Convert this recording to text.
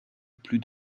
plus